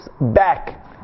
back